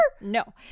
no